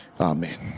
amen